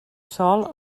sol